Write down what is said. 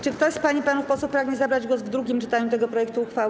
Czy ktoś z pań i panów posłów pragnie zabrać głos w drugim czytaniu tego projektu uchwały?